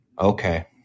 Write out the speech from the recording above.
Okay